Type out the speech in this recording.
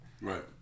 Right